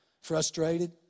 frustrated